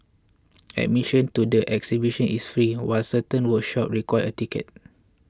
admission to the exhibition is free while certain workshops require a ticket